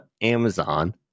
Amazon